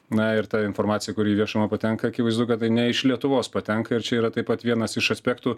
na ir ta informacija kuri į viešumą patenka akivaizdu kad tai ne iš lietuvos patenka ir čia yra taip pat vienas iš aspektų